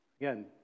Again